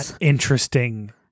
interesting